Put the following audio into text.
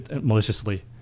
maliciously